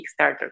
Kickstarter